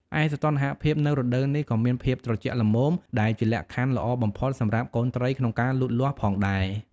ឯសីតុណ្ហភាពនៅរដូវនេះក៏មានភាពត្រជាក់ល្មម ដែលជាលក្ខខណ្ឌល្អបំផុតសម្រាប់កូនត្រីក្នុងការលូតលាស់ផងដែរ។